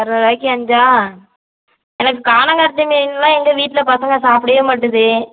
இரநூறுவாய்க்கு அஞ்சா எனக்கு கானாங்கெளுத்தி மீனெலாம் எங்கள் வீட்டில் பசங்க சாப்பிடவே மாட்டேது